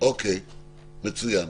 מצוין.